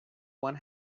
one